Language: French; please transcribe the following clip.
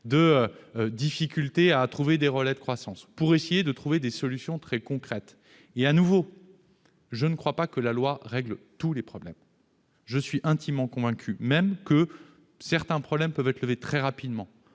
de difficultés à avoir des relais de croissance, en vue de trouver des solutions très concrètes. Je le redis, je ne crois pas que la loi règle tous les problèmes. Je suis même intimement convaincu que certains problèmes peuvent être levés très rapidement